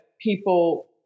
people